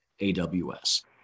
AWS